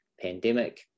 pandemic